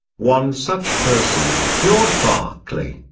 one such person, george berkeley,